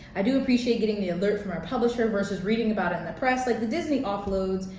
i do appreciate getting the alert from our publisher versus reading about it in the press, like the disney offload.